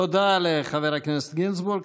תודה לחבר הכנסת גינזבורג.